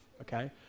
Okay